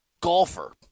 golfer